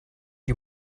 you